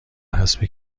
حسب